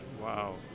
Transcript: Wow